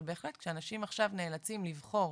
אבל בהחלט כשאנשים עכשיו נאלצים לבחור